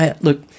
look